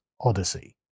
Odyssey